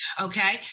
Okay